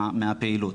מהפעילות.